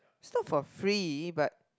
its not for free but